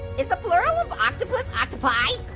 is the plural of octopus octopi?